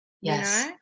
Yes